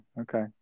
Okay